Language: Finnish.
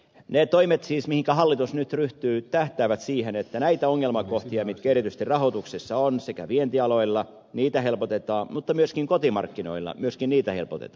ne toimet siis mihinkä hallitus nyt ryhtyy tähtäävät siihen että näitä ongelmakohtia mitä erityisesti rahoituksessa on vientialoilla helpotetaan mutta myöskin kotimarkkinoilla niitä helpotetaan